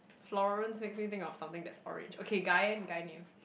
Florence makes me think of something that's orange okay guy eh guy name